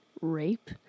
rape